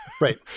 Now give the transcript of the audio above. right